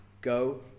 Go